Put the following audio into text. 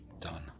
done